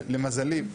למזלי,